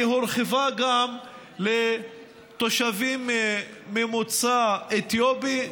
היא הורחבה גם לתושבים ממוצא אתיופי,